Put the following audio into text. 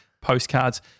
postcards